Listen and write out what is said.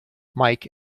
mike